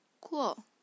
Cool